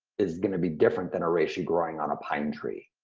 is gonna be different than a reishi growing on a pine tree.